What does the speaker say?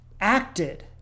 acted